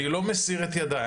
אני לא מסיר את ידיי,